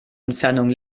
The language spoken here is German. entfernung